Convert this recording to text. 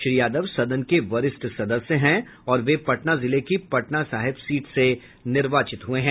श्री यादव सदन के वरिष्ठ सदस्य हैं और वे पटना जिले की पटना साहिब सीट से निर्वाचित हुए हैं